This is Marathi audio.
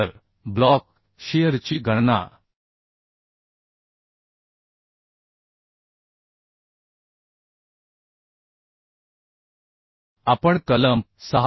तर ब्लॉक शीअरची गणना आपण कलम 6